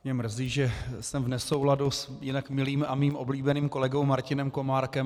Mě mrzí, že jsem v nesouladu s jinak milým a svým oblíbeným kolegou Martinem Komárkem.